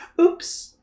oops